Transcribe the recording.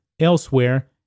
elsewhere